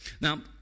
Now